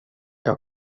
jag